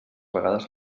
vegades